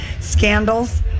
scandals